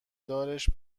دارش